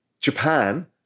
Japan